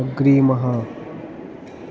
अग्रिमः